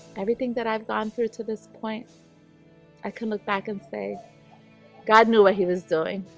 everything that i've gone through to this point i can, look, back and say god knew what he was doing?